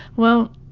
well,